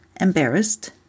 embarrassed